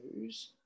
use